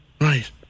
Right